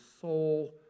soul